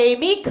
Amy